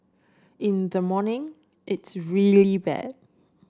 in the morning it's really bad